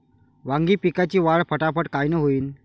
वांगी पिकाची वाढ फटाफट कायनं होईल?